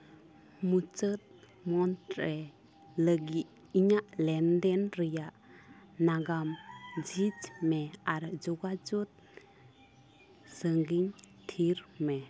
ᱢᱩᱪᱟᱹᱫ ᱢᱚᱱᱛᱷ ᱨᱮ ᱞᱟᱹᱜᱤᱫ ᱤᱧᱟᱹᱜ ᱞᱮᱱᱫᱮᱱ ᱨᱮᱭᱟᱜ ᱱᱟᱜᱟᱢ ᱡᱷᱤᱡᱽ ᱢᱮ ᱟᱨ ᱡᱳᱜᱟᱡᱳᱜᱽ ᱥᱟᱺᱜᱤᱧ ᱛᱷᱤᱨ ᱢᱮ